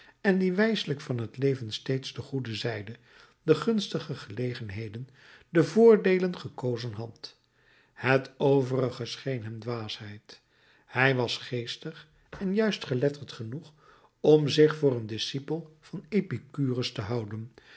en die wijselijk van het leven steeds de goede zijde de gunstige gelegenheden de voordeelen gekozen had het overige scheen hem dwaasheid hij was geestig en juist geletterd genoeg om zich voor een discipel van epicurus te houden